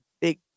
big